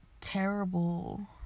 terrible